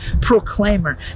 proclaimer